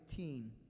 18